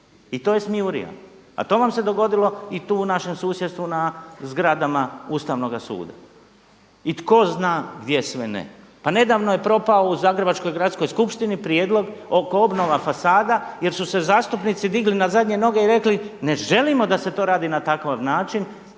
I to je smijurija. A to vam se dogodilo i tu u našem susjedstvu na zgradama Ustavnoga suda i tko zna gdje sve ne. Pa nedavno je propao u zagrebačkoj gradskoj Skupštini prijedlog oko obnova fasada, jer su se zastupnici digli na zadnje noge i rekli ne želimo da se to radi na takav način